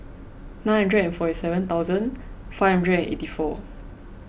nine hundred forty seven thousand five hundred eighty four